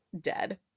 Dead